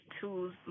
tools